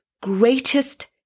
greatest